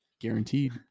Guaranteed